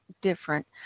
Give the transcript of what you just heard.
different